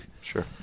Sure